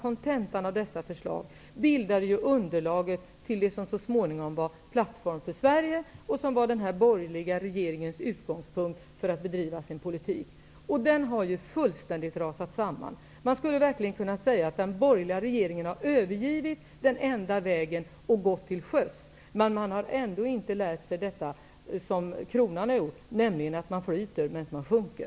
Kontentan av dessa förslag bildar ju underlag till det som så småningom blev en plattform för Sverige och som blev den borgerliga regeringens utgångspunkt för bedrivandet av sin politik, som ju fullständigt har rasat samman. Man skulle verkligen kunna säga att den borgerliga regeringen har övergett den enda vägen och gått till sjöss. Men man har ändå inte lärt sig detta som kronan har gjort, nämligen att flyta medan man sjunker.